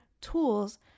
tools